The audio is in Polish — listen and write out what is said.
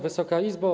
Wysoka Izbo!